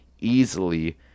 easily